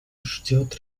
ждет